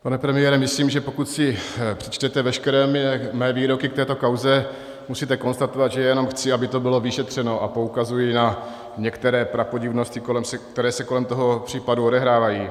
Pane premiére, myslím, že pokud si přečtete veškeré mé výroky k této kauze, musíte konstatovat, že jenom chci, aby to bylo vyšetřeno, a poukazuji na některé prapodivnosti, které se kolem toho případu odehrávají.